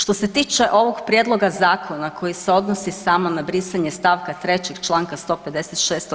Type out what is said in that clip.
Što se tiče ovog prijedloga zakona koji se odnosi samo na brisanje st. 3. članka 156.